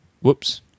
whoops